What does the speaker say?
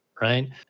Right